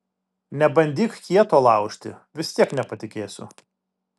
nebandyk kieto laužti vis tiek nepatikėsiu